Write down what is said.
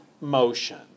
motion